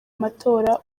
matora